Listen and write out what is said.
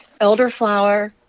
elderflower